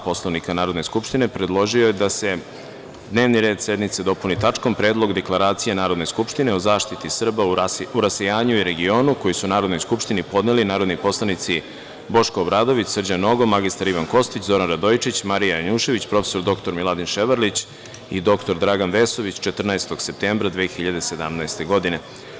Poslovnika Narodne skupštine, predložio je da se dnevni red sednice dopuni tačkom - Predlog deklaracije Narodne skupštine o zaštiti Srba u rasejanju i regionu, koji su Narodnoj skupštini podneli narodni poslanici Boško Obradović, Srđan Nogo, mr Ivan Kostić, Zoran Radojičić, Marija Janjušević, prof. dr Miladin Ševarlić i dr Dragan Vesović 14. septembra 2017. godine.